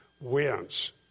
wins